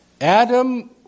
Adam